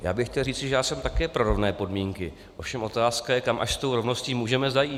Já bych chtěl říci, že já jsem také pro rovné podmínky, ovšem otázka je, kam až s tou rovností můžeme zajít.